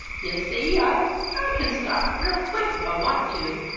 ye see i i can stop her real quick if i want to,